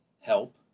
help